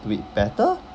do it better